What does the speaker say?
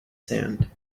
sand